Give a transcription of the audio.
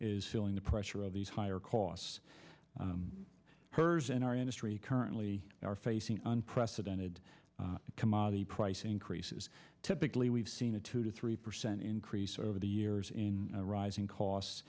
is feeling the pressure of these higher costs herz in our industry currently are facing unprecedented commodity price increases typically we've seen a two to three percent increase over the years in rising